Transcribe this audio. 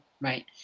Right